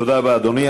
תודה רבה, אדוני.